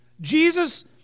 Jesus